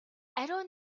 ариун